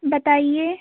बताइए